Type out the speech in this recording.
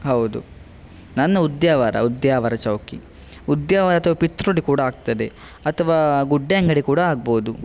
ಹೌದು ನನ್ನ ಉದ್ಯಾವರ ಉದ್ಯಾವರ ಚೌಕಿ ಉದ್ಯಾವರ ಅಥ್ವ ಪಿತ್ರೋಡಿ ಕೂಡ ಆಗ್ತದೆ ಅಥವಾ ಗುಡ್ಡೆಅಂಗಡಿ ಕೂಡ ಆಗ್ಬೋದು